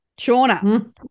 Shauna